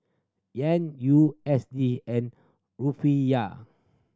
Yen U S D and Rufiyaa